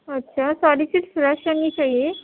اچھا ساری چیز فریش رہنی چاہیے